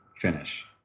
finish